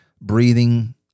breathing